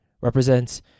represents